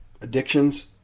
addictions